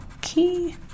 Key